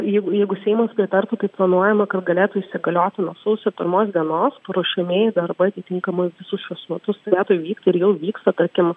jeigu jeigu seimas pritartų kaip planuojama kad galėtų įsigalioti nuo sausio pirmos dienos paruošiamieji darbai atitinkamai visus šiuos metus turėtų įvykt ir jau vyksta tarkim